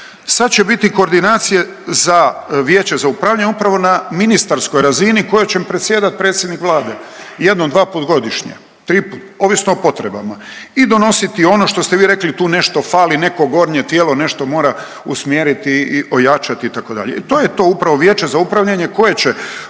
Sad će biti koordinacije za Vijeće za upravljanje upravo na ministarskoj razini kojem će predsjedat predsjednik Vlade jednom, dvaput godišnje, triput, ovisno o potrebama i donositi ono što ste vi rekli tu nešto fali, neko gornje tijelo nešto mora usmjeriti i ojačati itd. i to je to upravo Vijeće za upravljanje koje će